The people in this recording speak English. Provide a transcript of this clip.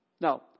Now